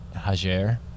Hager